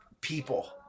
people